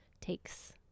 takes